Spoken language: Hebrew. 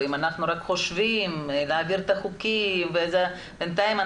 ואם אנחנו רק חושבים להעביר את החוקים בינתיים,